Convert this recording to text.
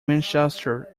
manchester